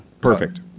perfect